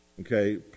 Okay